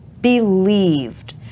believed